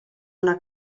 una